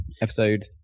episode